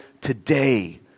today